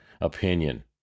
opinion